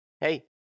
hey